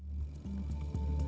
the